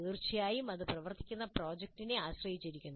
തീർച്ചയായും അത് പ്രവർത്തിക്കുന്ന പ്രോജക്ടിനെ ആശ്രയിച്ചിരിക്കുന്നു